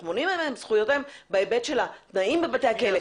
אנחנו מונעים מהם את זכויותיהם בהיבט של התנאים בבתי הכלא.